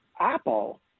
apple